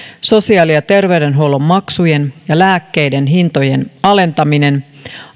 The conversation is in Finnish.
sosiaali ja terveydenhuollon maksujen ja lääkkeiden hintojen alentaminen